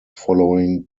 following